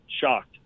shocked